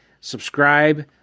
subscribe